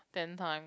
ten time